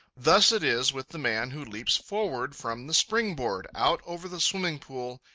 thus it is with the man who leaps forward from the springboard, out over the swimming pool,